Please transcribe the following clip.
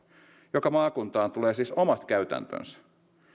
joka maakuntaan tulee siis omat käytäntönsä